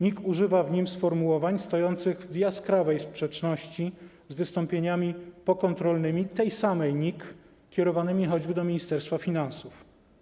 NIK używa w nim sformułowań stojących w jaskrawej sprzeczności z wystąpieniami pokontrolnymi tej samej NIK, kierowanymi choćby do Ministerstwa Finansów.